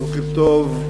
בוקר טוב,